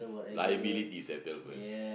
liabilities I tell you first